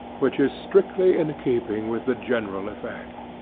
which is strictly in keeping with the general effect.